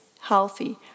healthy